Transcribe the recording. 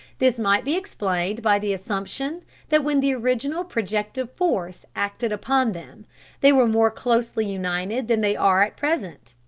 this might be explained by the assumption that when the original projective force acted upon them they were more closely united than they are at present,